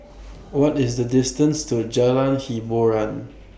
What IS The distance to Jalan Hiboran